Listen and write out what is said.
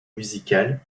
musicale